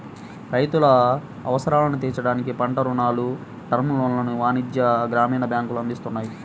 రైతుల అవసరాలను తీర్చడానికి పంట రుణాలను, టర్మ్ లోన్లను వాణిజ్య, గ్రామీణ బ్యాంకులు అందిస్తున్నాయి